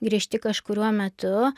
griežti kažkuriuo metu